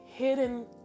hidden